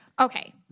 Okay